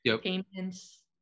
payments